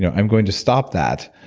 yeah i'm going to stop that,